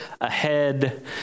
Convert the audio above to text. ahead